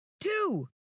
Two